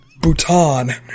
Bhutan